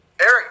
Eric